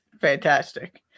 fantastic